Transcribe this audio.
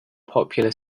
popular